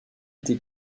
été